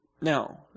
Now